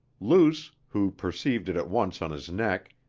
luce, who perceived it at once on his neck,